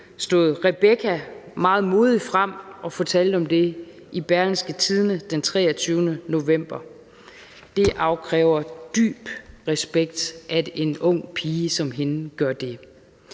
stod Rebecca meget modigt frem og fortalte om det i Berlingske den 23. november. Det afkræver dyb respekt, at en ung pige som hende gør det.